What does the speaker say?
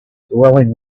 dwelling